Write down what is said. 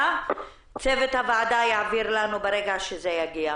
צוות הוועדה יעביר לנו ברגע שזה יגיע.